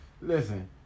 Listen